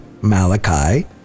Malachi